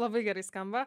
labai gerai skamba